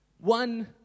One